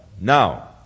Now